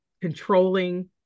controlling